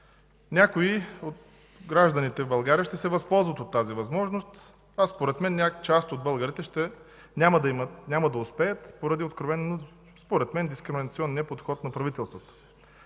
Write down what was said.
Някои от гражданите в България ще се възползват от тази възможност, а част от българите няма да успеят поради откровено, според мен, дискриминационния подход на правителството.